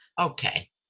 Okay